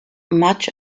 much